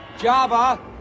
Java